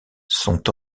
sont